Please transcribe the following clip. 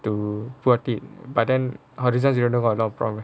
to plot it but then horizons zero now got a lot of problems